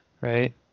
right